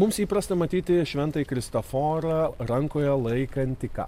mums įprasta matyti šventąjį kristoforą rankoje laikantį ką